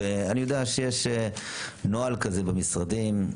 אני יודע שיש נוהל כזה במשרדים,